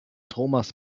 thomas